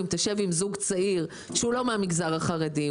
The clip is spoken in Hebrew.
אם תשב עם זוג צעיר שהוא לא מהמגזר החרדי,